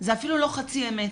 זה אפילו לא חצי אמת,